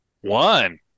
One